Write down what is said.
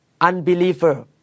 unbeliever